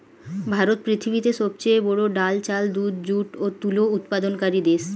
ভারত পৃথিবীতে সবচেয়ে বড়ো ডাল, চাল, দুধ, যুট ও তুলো উৎপাদনকারী দেশ